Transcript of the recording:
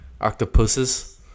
Octopuses